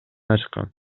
ачкан